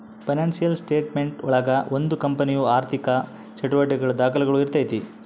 financial statement ಒಳಗ ಒಂದು ಕಂಪನಿಯ ಆರ್ಥಿಕ ಚಟುವಟಿಕೆಗಳ ದಾಖುಲುಗಳು ಇರ್ತೈತಿ